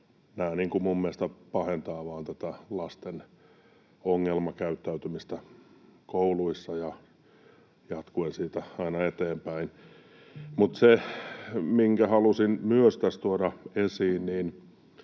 minun mielestäni vain pahentaa tätä lasten ongelmakäyttäytymistä kouluissa ja jatkuen siitä aina eteenpäin. Mutta minkä halusin myös tässä tuoda esiin,